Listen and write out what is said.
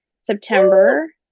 September